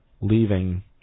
leaving